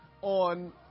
on